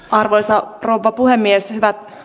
arvoisa rouva puhemies hyvät